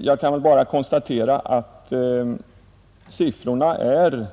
Jag kan bara konstatera att siffrorna är